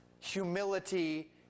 humility